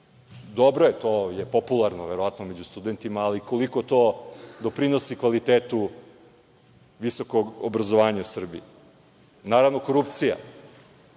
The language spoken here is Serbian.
Dobro je, to je popularno verovatno među studentima, ali koliko to doprinosi kvalitetu visokog obrazovanja u Srbiji? Naravno, korupcija.